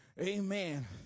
Amen